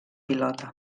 pilota